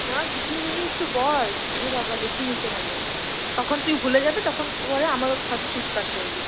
না কি কি নিবি একটু বল এ বাবা লিখে নিতে হবে তখন তুই ভুলে যাবি তখন পরে আমার সাথে চিৎকার করবি